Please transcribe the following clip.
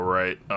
right